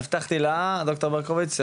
אז הבטחתי לד"ר ברקוביץ,